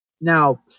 Now